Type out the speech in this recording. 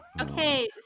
Okay